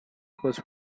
coach